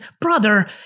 brother